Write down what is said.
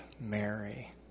Mary